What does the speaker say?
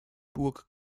burg